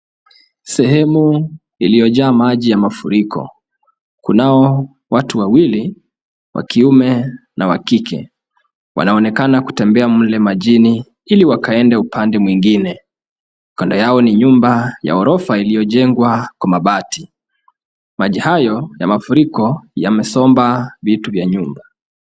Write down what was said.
Sehemu iliyojaa maji ya mafuriko. Kunao watu wawili wa kiume na wa kike wanaonekana kutembea mle majini ili wakaende upande mwingine. kando yao ni nyumba ya ghorofa iliyojengwa kwa mabati. maji hayo ya mafuriko yamesomba vitu vya nyumba.